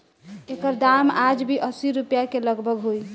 एकर दाम आज भी असी रुपिया के लगभग होई